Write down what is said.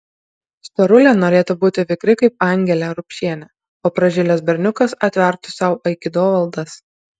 storulė norėtų būti vikri kaip angelė rupšienė o pražilęs berniukas atvertų sau aikido valdas